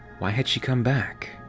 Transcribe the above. why had she come back?